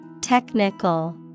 Technical